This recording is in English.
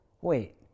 Wait